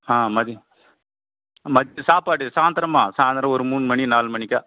ஆ மதியம் மத் சாப்பாடு சாய்ந்தரமா சாய்ந்தரம் ஒரு மூணு மணி நாலு மணிக்கா